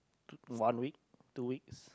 one week two weeks